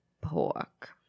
pork